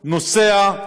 נוסע,